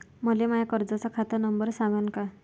मले माया कर्जाचा खात नंबर सांगान का?